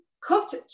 cooked